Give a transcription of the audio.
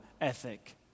ethic